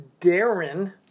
Darren